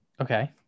Okay